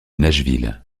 nashville